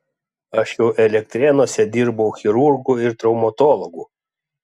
aš jau elektrėnuose dirbau chirurgu ir traumatologu